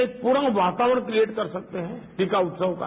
एक पूरा वातावरण क्रिएट कर सकते हैं टीका उत्सव का